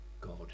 God